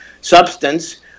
substance